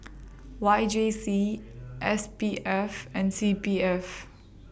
Y J C S P F and C P F